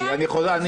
מה הבעיה ---?